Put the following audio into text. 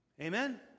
Amen